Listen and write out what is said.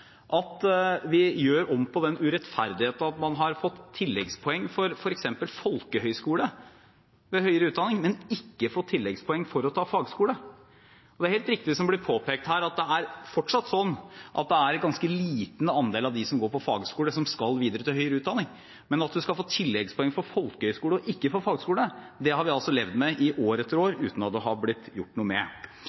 vi gjør om på den urettferdighet at man har fått tilleggspoeng for f.eks. folkehøyskole ved høyere utdanning, men ikke fått tilleggspoeng for å ta fagskole. Det er helt riktig som det er påpekt her, at det fortsatt er sånn at det er en ganske liten andel av dem som går på fagskole, som skal videre til høyere utdanning. Men at man skal få tilleggspoeng for folkehøyskole og ikke for fagskole, har vi altså levd med i år etter år uten at det har blitt gjort noe med.